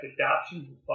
adoption